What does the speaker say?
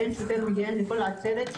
90 שוטרים מגיעים לכל עצרת,